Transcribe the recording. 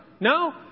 No